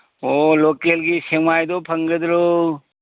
ꯑꯣ ꯂꯣꯀꯦꯜꯒꯤ ꯁꯦꯛꯃꯥꯏꯗꯣ ꯐꯪꯒꯗ꯭ꯔꯣ